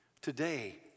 today